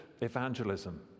evangelism